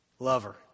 Lover